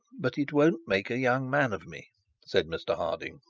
but it won't make a young man of me said mr harding.